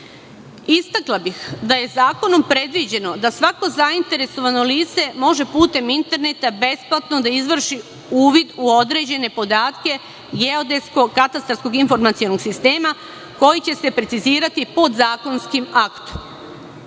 reši. Istakla bih da je zakonom predviđeno da svako zainteresovano lice može putem interneta besplatno da izvrši uvid u određene podatke Geodetskog katastarskog informacionog sistema, koji će se precizirati podzakonskim aktom.